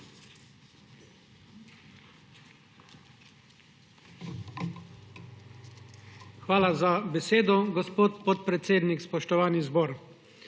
Hvala za besedo, gospod podpredsednik. Spoštovana